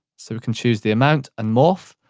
sort of can choose the amount and morph,